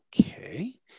okay